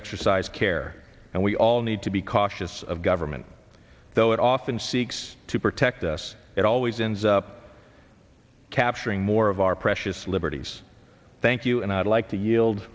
exercise care and we all need to be cautious of government though it often seeks to protect us it always ends up capturing more of our precious liberties thank you and i'd like to yield